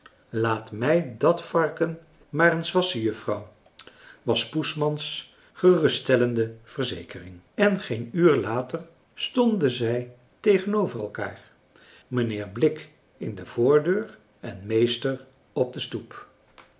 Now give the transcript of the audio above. laat mij dat varken maar eens wasschen juffrouw was poesman's geruststellende verzekering en geen uur later stonden zij tegenover elkaar mijnheer blik in de voordeur en meester op de stoep